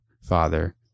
Father